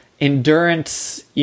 endurance